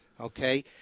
Okay